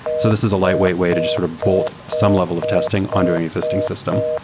so this is a lightweight way to just sort of bolt some level of testing under an existing system.